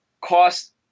cost